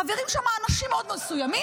חברים שם אנשים מאוד מסוימים.